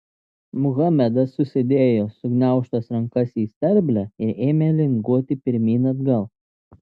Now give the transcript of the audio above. muhamedas susidėjo sugniaužtas rankas į sterblę ir ėmė linguoti pirmyn atgal